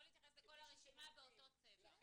לא להתייחס לכל הרשימה באותו צבע.